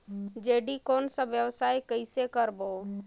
जोणी कौन व्यवसाय कइसे करबो?